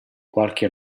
qualche